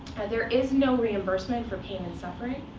there is no reimbursement for pain and suffering.